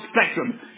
spectrum